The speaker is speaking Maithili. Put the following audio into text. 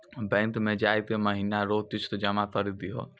बैंक मे जाय के महीना रो किस्त जमा करी दहो